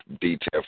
detail